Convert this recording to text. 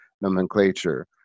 nomenclature